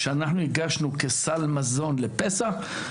כשאנחנו הגשנו כסל מזון בפסח,